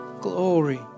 glory